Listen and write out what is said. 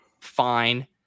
fine